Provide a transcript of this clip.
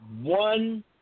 one